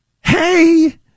hey